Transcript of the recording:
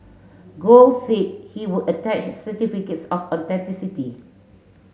Gold said he would attach certificates of authenticity